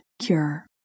cure